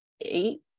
eight